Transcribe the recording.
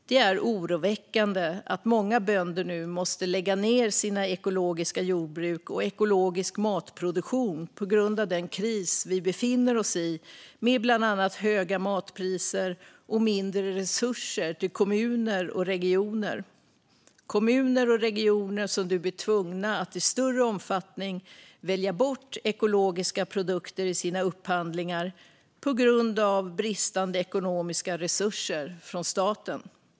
Det är oroväckande att många bönder nu måste lägga ned sina ekologiska jordbruk och sin ekologiska matproduktion på grund av den kris vi befinner oss i med bland annat höga matpriser och mindre resurser till kommuner och regioner. Kommuner och regioner blir nu tvungna att i större omfattning välja bort ekologiska produkter i sina upphandlingar på grund av bristande ekonomiska resurser från staten.